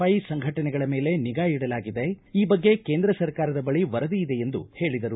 I ಸಂಘಟನೆಗಳ ಮೇಲೆ ನಿಗಾ ಇಡಲಾಗಿದೆ ಈ ಬಗ್ಗೆ ಕೇಂದ್ರ ಸರ್ಕಾರದ ಬಳಿ ವರದಿ ಇದೆ ಎಂದು ಹೇಳಿದರು